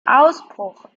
ausbruch